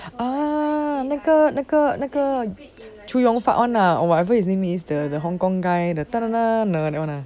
哦那个那个那个 chow yun fat or whatever his name is the hong kong guy the